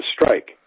strike